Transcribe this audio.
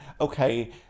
Okay